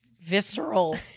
visceral